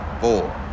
four